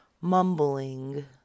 mumbling